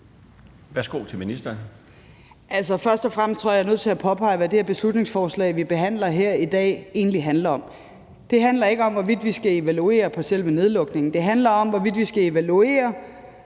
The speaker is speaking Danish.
Løhde): Altså, først og fremmest tror jeg, jeg er nødt til at påpege, hvad det beslutningsforslag, vi behandler her i dag, egentlig handler om. Det handler ikke om, hvorvidt vi skal evaluere selve nedlukningen. Det handler om, hvorvidt vi skal evaluere,